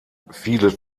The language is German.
viele